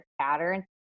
patterns